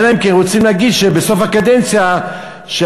אלא אם כן רוצים להגיד בסוף הקדנציה שלחבר